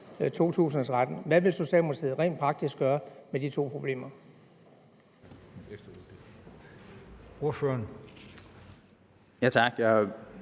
Hvad vil Socialdemokratiet rent praktisk gøre ved de to problemer?